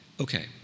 Okay